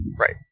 Right